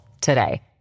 today